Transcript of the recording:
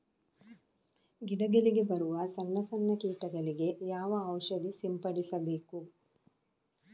ಗಿಡಗಳಿಗೆ ಬರುವ ಸಣ್ಣ ಸಣ್ಣ ಕೀಟಗಳಿಗೆ ಯಾವ ಔಷಧ ಸಿಂಪಡಿಸಬೇಕು?